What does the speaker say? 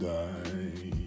die